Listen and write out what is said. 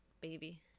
baby